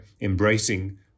embracing